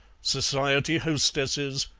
society hostesses,